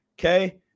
okay